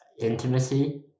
intimacy